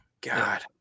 God